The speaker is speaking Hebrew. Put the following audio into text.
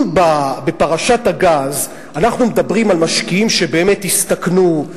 אם בפרשת הגז אנחנו מדברים על משקיעים שבאמת הסתכנו,